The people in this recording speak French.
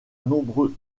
nombreux